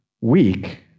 weak